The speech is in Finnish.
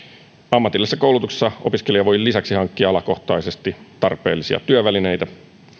ammatillisessa koulutuksessa opiskelija voi lisäksi hankkia alakohtaisesti tarpeellisia työvälineitä